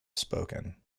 spoken